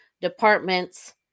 departments